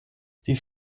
sie